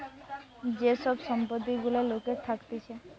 যে সব সম্পত্তি গুলা লোকের থাকতিছে